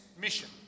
mission